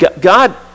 God